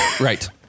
Right